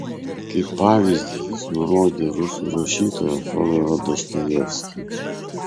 kaip pavyzdį jis nurodė rusų rašytoją fiodorą dostojevskį